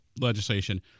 legislation